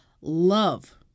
love